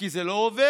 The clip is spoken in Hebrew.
כי זה לא עובר.